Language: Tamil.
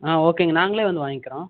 ஆ ஓகேங்க நாங்களே வந்து வாங்கிக்குறோம்